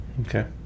Okay